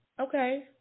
Okay